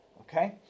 okay